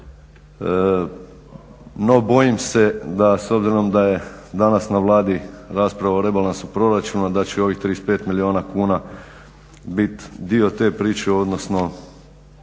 no bojim se da s obzirom da je danas na Vladi rasprava o rebalansu proračuna da će ovih 35 milijuna kuna biti dio te priče odnosno